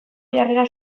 jarrera